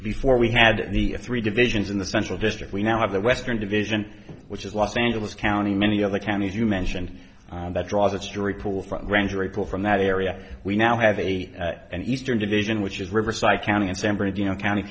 before we had the three divisions in the central district we now have the western division which is los angeles county many other counties you mentioned that draws its jury pool from grand jury pool from that area we now have a and eastern division which is riverside county and san bernardino county